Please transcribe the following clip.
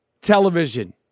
television